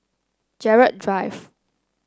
Gerald Drive